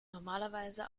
normalerweise